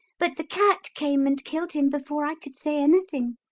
but the cat came and killed him before i could say anything.